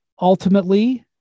ultimately